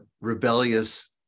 rebellious